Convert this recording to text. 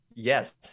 Yes